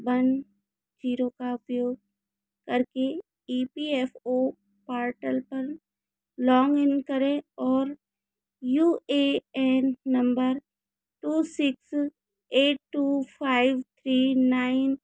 one zero का उपयोग करके E P F O portal पर लॉगिन करें और U A N number two six eight two five nine